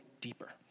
deeper